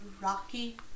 Rocky